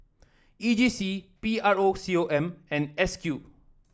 E J C P R O C O M and S Q